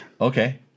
Okay